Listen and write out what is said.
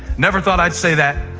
never thought i'd say that.